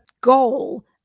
goal